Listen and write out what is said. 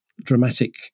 dramatic